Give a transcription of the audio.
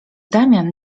damian